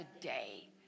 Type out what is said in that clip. today